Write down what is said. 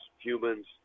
humans